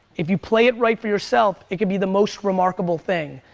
if you play it right for yourself, it can be the most remarkable thing.